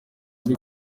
muri